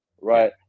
right